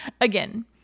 Again